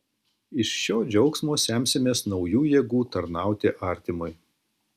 iš šio džiaugsmo semsimės naujų jėgų tarnauti artimui